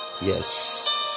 yes